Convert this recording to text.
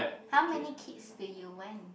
how many kids do you want